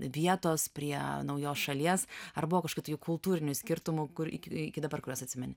vietos prie naujos šalies ar buvo kažkokių tokių kultūrinių skirtumų kur iki iki dabar kuriuos atsimeni